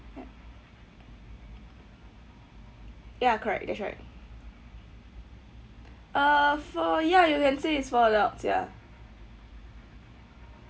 ya correct that's right uh four ya you can say it's four adults ya